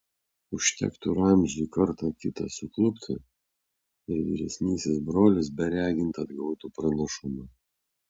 užtektų ramziui kartą kitą suklupti ir vyresnysis brolis beregint atgautų pranašumą